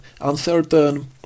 uncertain